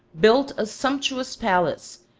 built a sumptuous palace,